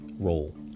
role